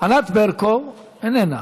ענת ברקו, איננה.